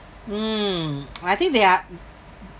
mm I think they are